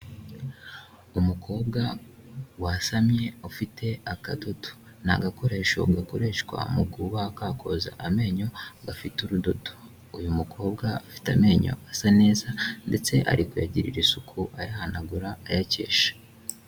Umukobwa wasamye ufite akadodo, ni agakoresho gakoreshwa mu kuba kakoza amenyo gafite urudodo, uyu mukobwa afite amenyo asa neza ndetse ari kuyagirira isuku ayahanagura ayakesha.